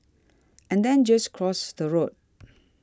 and then just cross the road